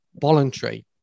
voluntary